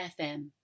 FM